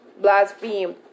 blasphemed